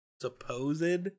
Supposed